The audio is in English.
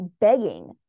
begging